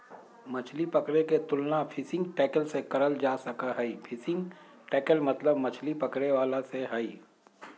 मछली पकड़े के तुलना फिशिंग टैकल से करल जा सक हई, फिशिंग टैकल मतलब मछली पकड़े वाला से हई